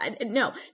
no